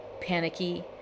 panicky